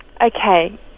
okay